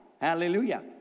Hallelujah